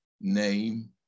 name